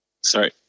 Sorry